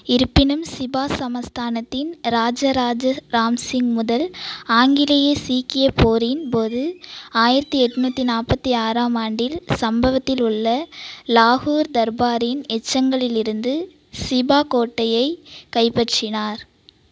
இருப்பினும் சிபா சமஸ்தானத்தின் ராஜ ராஜ ராம் சிங் முதல் ஆங்கிலேய சீக்கிய போரின் போது ஆயிரத்தி எட்நூத்தி நாற்பத்தி ஆறாம் ஆண்டில் சம்பவத்தில் உள்ள லாகூர் தர்பாரின் எச்சங்களிலிருந்து சிபா கோட்டையைக் கைப்பற்றினார்